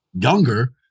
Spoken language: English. younger